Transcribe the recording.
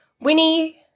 Winnie